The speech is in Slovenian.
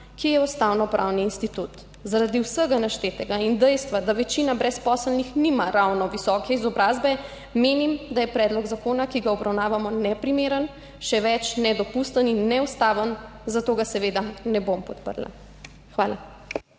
ki je ustavnopravni institut. Zaradi vsega naštetega in dejstva, da večina brezposelnih nima ravno visoke izobrazbe, menim, da je predlog zakona, ki ga obravnavamo, neprimeren, še več, nedopusten in neustaven, zato ga seveda ne bom podprla. Hvala.